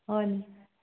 হয়নি